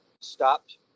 stopped